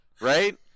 right